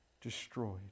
destroyed